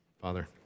Father